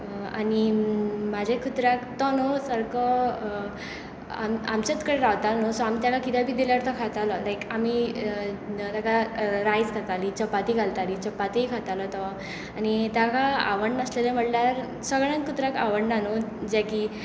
आनी म्हज्या कुत्र्याक तो न्हय सारको आमचेच कडेन रावतालो सो आमी ताका कितें बी दिल्यार तो खातालो लायक आमी ताका रायस घालतालीं चपाती घालतालीं चपाती खातालो तो आनी ताका आवडनाशिल्लें म्हणल्यार सगल्याच कुत्र्यांक आवडना न्हय जे की